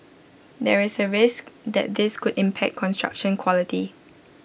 there is A risk that this could impact construction quality